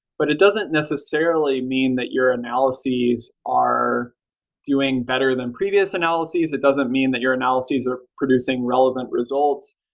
but it doesn't necessarily mean that your analyses are doing better than previous analyses. it doesn't mean that your analyses are producing relevant results.